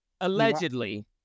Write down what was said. Allegedly